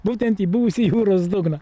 būtent į buvusį jūros dugną